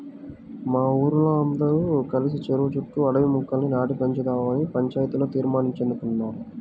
మా ఊరోల్లందరం కలిసి చెరువు చుట్టూ అడవి మొక్కల్ని నాటి పెంచుదావని పంచాయతీలో తీర్మానించేసుకున్నాం